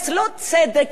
שלא קיים,